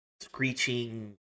screeching